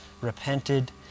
repented